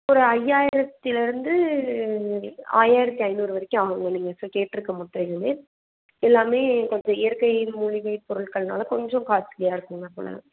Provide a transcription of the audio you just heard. ஒரு ஐயாயிரத்துல இருந்து ஒரு ஐயாயிரத்து ஐநூறு வரைக்கும் அவங்க நீங்கள் கேட்டுருக்க எல்லாமே கொஞ்சம் இயற்கை மூலிகை பொருட்கள்னால் கொஞ்சம் காஸ்ட்லியாக இருக்கும்ங்க